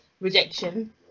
rejection